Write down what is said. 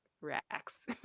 Racks